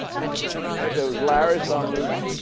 and it was larry sommers,